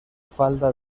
falda